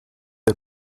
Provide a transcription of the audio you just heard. der